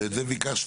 בגלל זה ביקשנו,